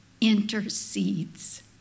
intercedes